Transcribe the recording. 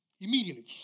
Immediately